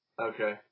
Okay